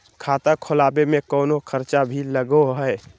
खाता खोलावे में कौनो खर्चा भी लगो है?